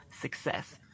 success